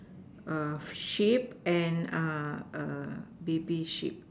err sheep and err a baby sheep